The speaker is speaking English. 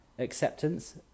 Acceptance